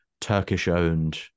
Turkish-owned